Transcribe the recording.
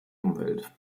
umwelt